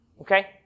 Okay